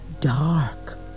dark